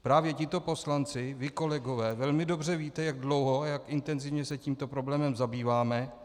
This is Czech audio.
Právě tito poslanci, vy kolegové, velmi dobře víte, jak dlouho a jak intenzivně se tímto problémem zabýváme.